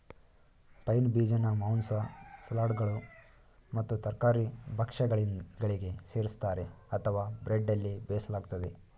pine ಬೀಜನ ಮಾಂಸ ಸಲಾಡ್ಗಳು ಮತ್ತು ತರಕಾರಿ ಭಕ್ಷ್ಯಗಳಿಗೆ ಸೇರಿಸ್ತರೆ ಅಥವಾ ಬ್ರೆಡ್ನಲ್ಲಿ ಬೇಯಿಸಲಾಗ್ತದೆ